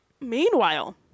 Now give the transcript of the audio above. Meanwhile